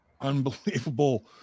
unbelievable